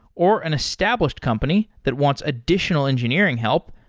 or an established company that wants additional engineering help,